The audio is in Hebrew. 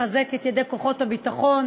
לחזק את ידי כוחות הביטחון,